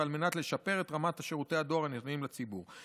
ועל מנת לשפר את רמת שירותי הדואר הניתנים לציבור.